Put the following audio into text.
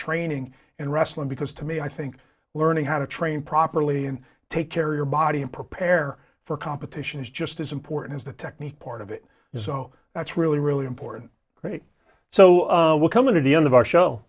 training in wrestling because to me i think learning how to train properly and take care of your body and prepare for competition is just as important as the technique part of it is so that's really really important so we're coming to the end of our show